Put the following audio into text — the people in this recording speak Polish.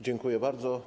Dziękuję bardzo.